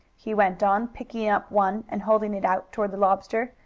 he went on, picking up one, and holding it out toward the lobster,